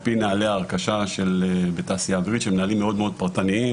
פי נוהלי הרכשה בתעשייה האווירית שהם נהלים מאוד מאוד פרטניים,